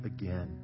again